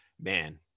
man